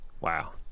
Wow